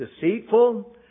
deceitful